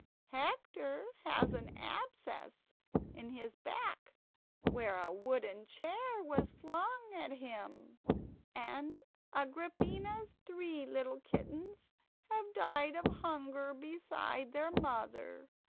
hector has an abscess in his back where a wooden chair was flung at him and agrippina's three little kittens have died of hunger beside their mother,